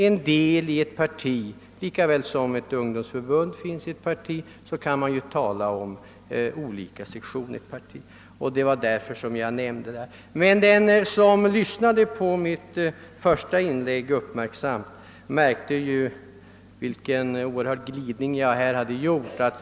en del av ett parti, och jag ser Broderskapsrörelsen som en del av det socialdemokratiska partiet. Den som lyssnade uppmärksamt till mitt första inlägg måste ha märkt vilken glidning jag gjort.